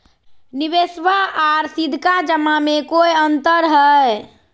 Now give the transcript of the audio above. निबेसबा आर सीधका जमा मे कोइ अंतर हय?